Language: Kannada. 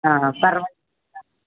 ಹಾಂ ಪರವಾಗಿಲ್ಲ